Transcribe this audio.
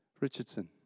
Richardson